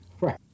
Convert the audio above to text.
Right